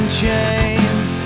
chains